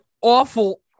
awful